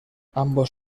ambos